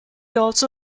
also